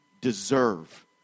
deserve